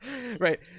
Right